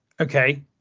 Okay